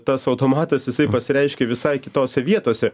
tas automatas jisai pasireiškia visai kitose vietose